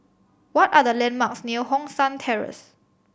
what are the landmarks near Hong San Terrace